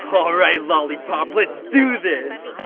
all right, lollipop, let's do this.